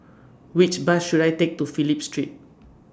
Which Bus should I Take to Phillip Street